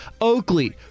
Oakley